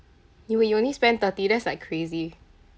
you you only spend thirty that's like crazy